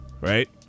right